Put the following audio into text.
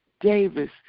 Davis